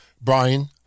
Brian